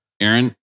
Aaron